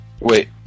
wait